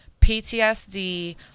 PTSD